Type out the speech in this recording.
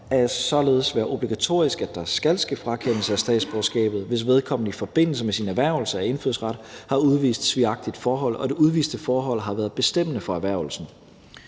dom således være obligatorisk, at der skal ske frakendelse af statsborgerskabet, hvis vedkommende i forbindelse med sin erhvervelse af indfødsret har udvist svigagtigt forhold, og at det udviste forhold har været bestemmende for erhvervelsen.